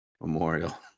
Memorial